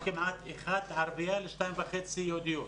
כמעט ערבייה אחת לשתיים וחצי יהודיות.